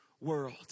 world